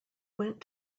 went